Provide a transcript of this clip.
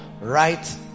right